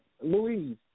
Louise